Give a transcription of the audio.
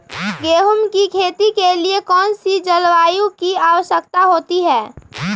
गेंहू की खेती के लिए कौन सी जलवायु की आवश्यकता होती है?